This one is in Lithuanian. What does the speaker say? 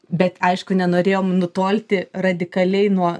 bet aišku nenorėjom nutolti radikaliai nuo